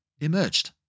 emerged